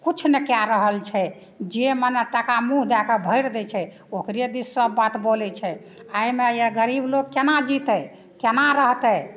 किछु ने कए रहल छै जे मने टाका मुँह दए कऽ भैरि दै छै ओकरे दिस सब बात बोलै छै आइ मानि लिअ गरीब लोक केना जीतै केना रहतै